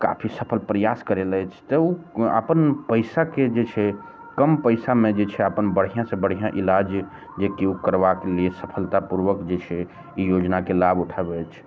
काफी सफल प्रयास कऽ रहल अछि तऽ ओ अपन पैसाके जे छै कम पैसामे जे छै अपन बढ़िआँ से बढ़िआँ इलाज जेकि ओ करबाक लिए सफलतापूर्वक जे छै ई योजनाके लाभ उठाबै अछि